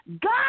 God